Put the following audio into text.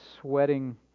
sweating